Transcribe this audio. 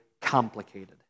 complicated